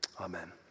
Amen